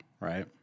Right